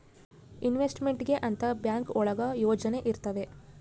investment ಗೆ ಅಂತ bank ಒಳಗ ಯೋಜನೆ ಇರ್ತವೆ